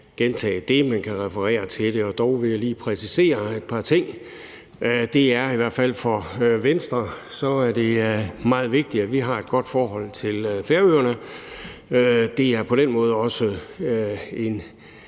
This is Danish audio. gentage det, men kan referere til det. Dog vil jeg lige præcisere et par ting. For Venstre er det i hvert fald meget vigtigt, at vi har et godt forhold til Færøerne. Det er på den måde også